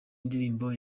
indirimbo